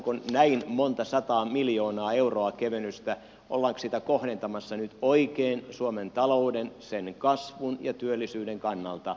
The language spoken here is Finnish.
ollaanko näin monta sataa miljoonaa euroa kevennystä kohdentamassa nyt oikein suomen talouden sen kasvun ja työllisyyden kannalta